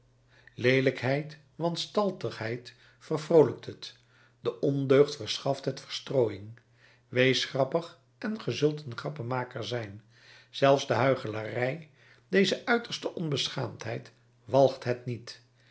leelijkheid wanstaltigheid vervroolijkt het de ondeugd verschaft het verstrooiing wees grappig en ge kunt een grappenmaker zijn zelfs de huichelarij deze uiterste onbeschaamdheid walgt het niet